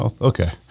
okay